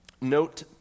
note